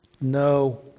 No